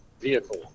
vehicle